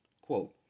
Quote